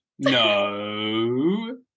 No